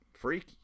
freaky